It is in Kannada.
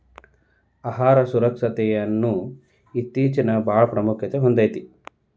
ಆಹಾರ ಸುರಕ್ಷತೆಯನ್ನುದು ಇತ್ತೇಚಿನಬಾಳ ಪ್ರಾಮುಖ್ಯತೆ ಹೊಂದೈತಿ